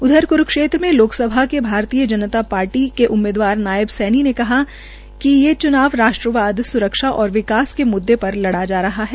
उधर क्रूक्षेत्र में लोकसभा के भारतीय जनता पार्टी के उमीदवार नायब सैनी ने कहा कि ये चुनाव राष्ट्रवाद सुरक्षा और विकास के मुद्दे पर लड़ा जा रहा है